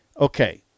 Okay